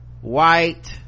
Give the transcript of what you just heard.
white